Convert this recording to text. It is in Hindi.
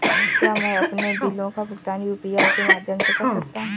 क्या मैं अपने बिलों का भुगतान यू.पी.आई के माध्यम से कर सकता हूँ?